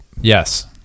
Yes